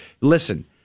listen